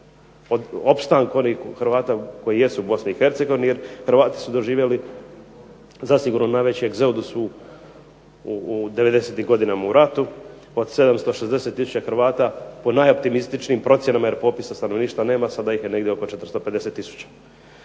u opstanku onih Hrvata koji jesu u BiH jer Hrvati su doživjeli zasigurno najveći egzodus u '90-im godinama u ratu. Od 760 tisuća Hrvata po najoptimističnijim procjenama, jer popisa stanovništva nema, sada ih je negdje oko 450